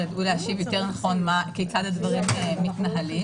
ידעו להשיב יותר נכון כיצד הדברים מתנהלים.